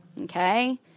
Okay